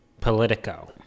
Politico